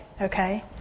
okay